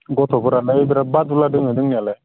गथ'फोरालाय बिराद बादुला दङ दंनायालाय